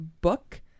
book